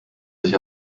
sich